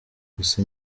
gusa